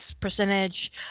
percentage